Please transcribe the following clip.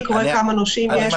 רואה כמה נושים יש,